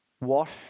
wash